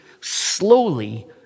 slowly